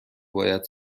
باید